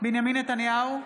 בנימין נתניהו,